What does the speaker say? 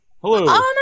hello